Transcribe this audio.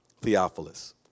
Theophilus